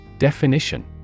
Definition